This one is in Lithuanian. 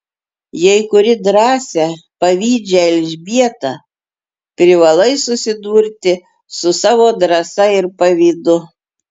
jei kuri drąsią pavydžią elžbietą privalai susidurti su savo drąsa ir pavydu